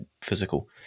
physical